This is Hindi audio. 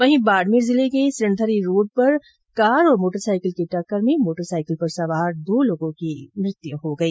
वहीं बाडमेर जिले में सिणधरी रोड पर कार और मोटरसाईकिल की टक्कर में मोटरसाईकिल पर सवार दो लोगों की मौत हो गई